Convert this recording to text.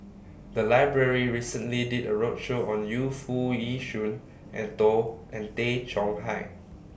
The Library recently did A roadshow on Yu Foo Yee Shoon and to and Tay Chong Hai